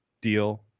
deal